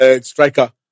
striker